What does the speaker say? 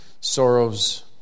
sorrows